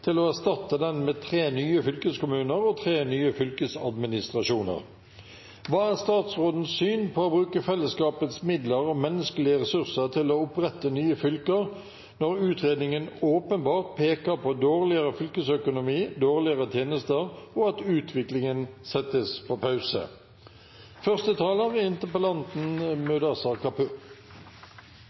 på å avvikle istedenfor å utvikle, og til å opprette nye fylker når utredningen åpenbart peker på dårligere fylkesøkonomi, dårligere tjenester og at utviklingen settes på pause.